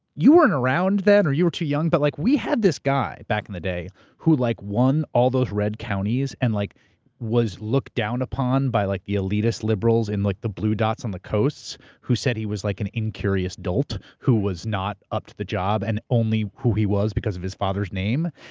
you weren't around then, or you were too young, but like we had this guy back in the day who like won all those red counties and like was looked down upon by like the elitist liberals in like the blue dots on the coasts who said he was like an incurious dolt who was not up to the job, and only who he was because of his father's name.